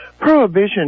Prohibition